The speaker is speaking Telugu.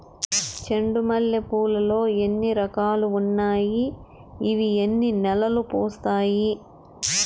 చెండు మల్లె పూలు లో ఎన్ని రకాలు ఉన్నాయి ఇవి ఎన్ని నెలలు పూస్తాయి